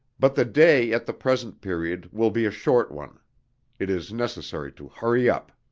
but the day at the present period will be a short one it is necessary to hurry up.